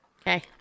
Okay